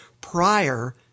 prior